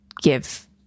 give